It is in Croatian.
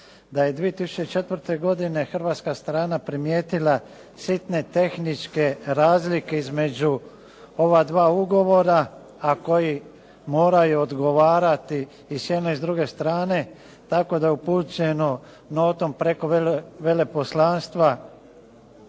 da je 2004. godine Hrvatska strana primijetila sitne tehničke razlike između ova dva Ugovora a koji moraju odgovarati i s one druge strane, tako da je upućeno notom preko veleposlanstva